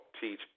Teach